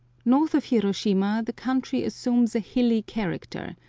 north of hiroshima the country assumes a hilly character,